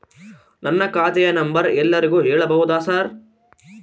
ನನ್ನ ಖಾತೆಯ ನಂಬರ್ ಎಲ್ಲರಿಗೂ ಹೇಳಬಹುದಾ ಸರ್?